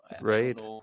right